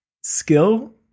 skill